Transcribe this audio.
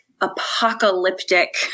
apocalyptic